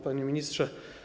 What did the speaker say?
Panie Ministrze!